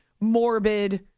morbid